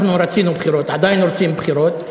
אנחנו רצינו בחירות ועדיין רוצים בחירות,